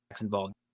involved